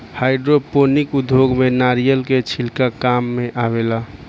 hydroponic उद्योग में नारिलय के छिलका काम मेआवेला